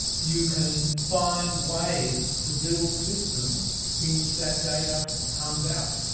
you can find ways to build systems in which that data comes out.